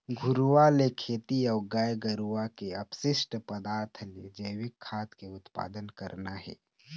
घुरूवा ले खेती अऊ गाय गरुवा के अपसिस्ट पदार्थ ले जइविक खाद के उत्पादन करना हे